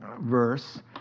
verse